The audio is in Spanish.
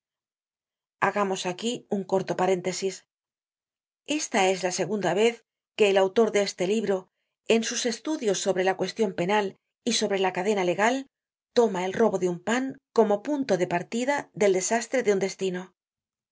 hagamos aquí un corto paréntesis esta es la segunda vez que el autor de este libro en sus estudios sobre la cuestion penal y sobre la cadena legal toma el robo de un pan como punto de partida del desastre de un destino